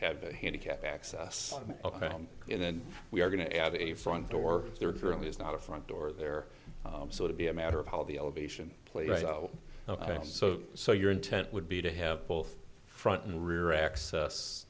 have a handicap access and then we are going to add a front door there really is not a front door there so to be a matter of how the elevation plato so so your intent would be to have both front and rear access